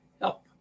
help